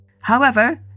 However